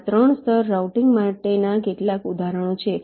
આ 3 સ્તર રાઉટિંગ માટેના કેટલાક ઉદાહરણો છે